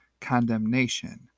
condemnation